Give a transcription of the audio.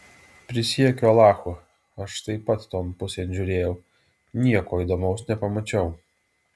prisiekiu alachu aš taip pat ton pusėn žiūrėjau nieko įdomaus nepamačiau